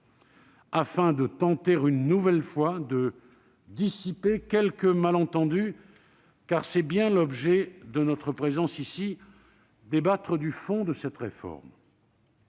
afin de tenter, une nouvelle fois, de dissiper quelques malentendus, car c'est bien l'objet de notre présence ici : débattre du fond de cette réforme.